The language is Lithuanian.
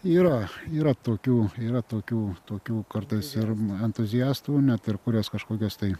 yra yra tokių yra tokių tokių kartais ir entuziastų net ir kuriuos kažkokios tai